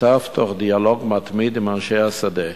נכתב תוך דיאלוג מתמיד עם אנשי השדה.